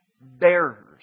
bearers